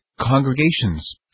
congregations